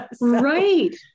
right